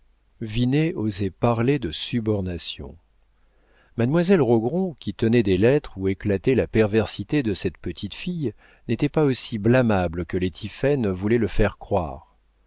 osait parler de subornation mademoiselle rogron qui tenait des lettres où éclatait la perversité de cette petite fille n'était pas aussi blâmable que les tiphaine voulaient le faire croire